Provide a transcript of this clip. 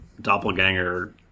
Doppelganger